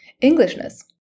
Englishness